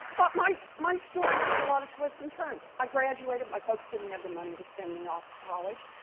but my my story has a lot of twists and turns. i graduated, my folks didn't have the money to send me off to college.